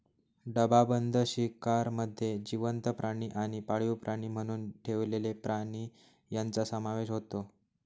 डबाबंद शिकारमध्ये जिवंत प्राणी आणि पाळीव प्राणी म्हणून ठेवलेले प्राणी यांचा समावेश होतो